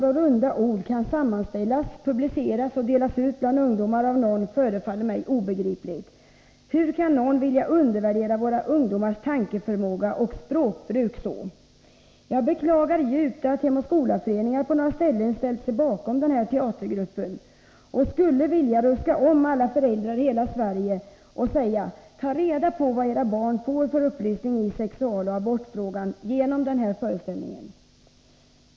Att någon kan sammanställa, publicera och dela ut så många svordomar och runda ord bland ungdomar förefaller mig obegripligt. Hur kan någon vilja undervärdera våra ungdomars tankeförmåga och språkbruk så? Jag beklagar djupt att Hem och skola-föreningar på några ställen ställt sig bakom denna teatergrupp, och jag skulle vilja ruska om alla föräldrar i hela Sverige och säga: Tag reda på vad era barn får för upplysning i sexualoch abortfrågan genom denna föreställning!